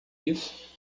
isso